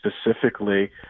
specifically